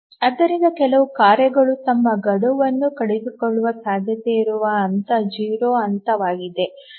ಆದ್ದರಿಂದ ಕೆಲವು ಕಾರ್ಯಗಳು ತಮ್ಮ ಗಡುವನ್ನು ಕಳೆದುಕೊಳ್ಳುವ ಸಾಧ್ಯತೆಯಿರುವ ಹಂತ 0 ಹಂತವಾಗಿದೆ